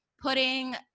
putting